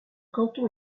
canton